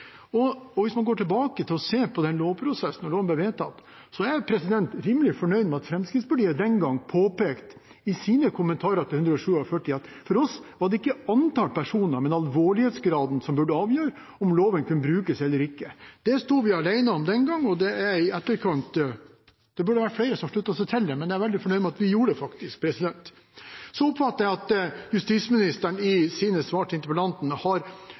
Hvis man går tilbake og ser på prosessen da loven ble vedtatt, er jeg rimelig fornøyd med at Fremskrittspartiet i sine kommentarer til § 147 den gang påpekte at for oss var det ikke antall personer, men alvorlighetsgraden som burde avgjøre om loven kunne brukes eller ikke. Det sto vi alene om den gangen. Det burde flere sluttet seg til. Jeg er veldig fornøyd med at vi faktisk gjorde det. Så oppfatter jeg at justisministeren i sine svar til interpellanten har